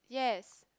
yes